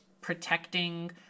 protecting